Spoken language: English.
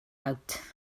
out